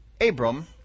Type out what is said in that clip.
Abram